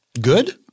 Good